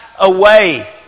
away